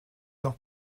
noch